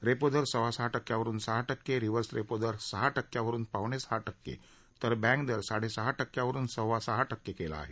repo दर सव्वा सहा टक्क्यावरुन सहा टक्के रिवर्स रेपो दर सहा टक्क्यावरुन पावणे सहा टक्के तर बँक दर साडेसहा टक्क्यावरुन सव्वासहा टक्के केला आहे